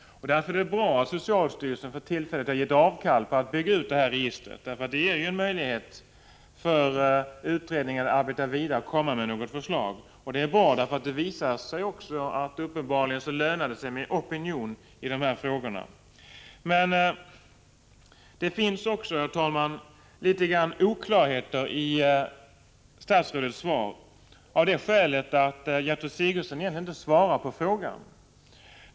Det är bra att socialstyrelsen för tillfället har avstått från att bygga ut detta register, därför att det ger utredningen möjlighet att arbeta vidare och komma med förslag. Det är också bra att det visar sig att det uppenbarligen lönar sig med opinion i dessa frågor. Men det finns också, herr talman, litet grand av oklarhet i statsrådets svar — av det skälet att Gertrud Sigurdsen egentligen inte svarar på frågan.